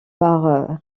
par